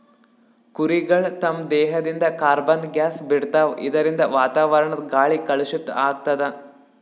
ಕುರಿಗಳ್ ತಮ್ಮ್ ದೇಹದಿಂದ್ ಕಾರ್ಬನ್ ಗ್ಯಾಸ್ ಬಿಡ್ತಾವ್ ಇದರಿಂದ ವಾತಾವರಣದ್ ಗಾಳಿ ಕಲುಷಿತ್ ಆಗ್ತದ್